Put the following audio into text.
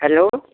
hello